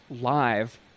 live